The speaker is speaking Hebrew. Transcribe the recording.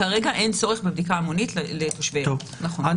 כרגע אין צורך בבדיקה המונית לתושבי אילת, נכון.